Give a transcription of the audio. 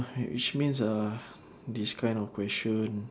which means ah this kind of question